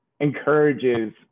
encourages